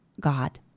God